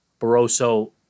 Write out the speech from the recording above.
Barroso